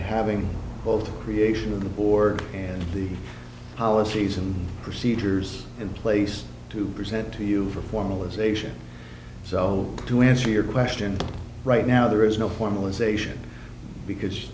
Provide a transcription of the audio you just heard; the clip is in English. having both a creation of the board and the policies and procedures in place to present to you for formalisation so to answer your question right now there is no formalisation because